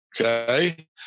Okay